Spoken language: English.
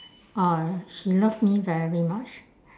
ah she love me very much